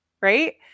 right